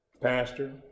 Pastor